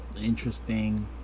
interesting